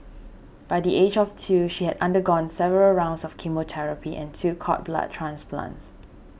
by the age of two she had undergone several rounds of chemotherapy and two cord blood transplants